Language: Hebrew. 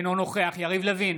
אינו נוכח יריב לוין,